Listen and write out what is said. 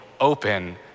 open